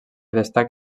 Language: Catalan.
destaca